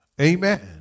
Amen